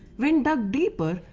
when dug deeper,